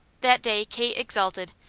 that day kate exulted.